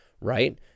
Right